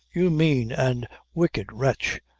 you mane an' wicked wretch,